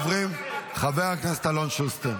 פר אקסלנס חוק השתמטות.